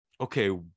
okay